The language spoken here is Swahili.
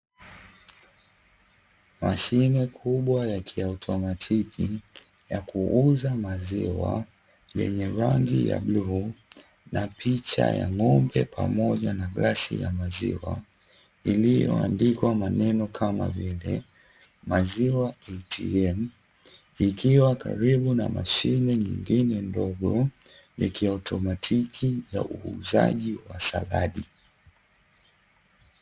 Mahine kubwa ya kiautomatiki yenye rangi ya bluu na picha ya ngo'mbe pamoja na grasi ya maziwa iliyoandikwa maneno kama vile Maziwa Atm ikiwa karibu na mashine nyingine ndogo ya automatiki ya uuzaji wa saladi.